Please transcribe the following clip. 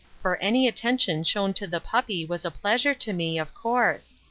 for any attention shown to the puppy was a pleasure to me, of course.